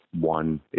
one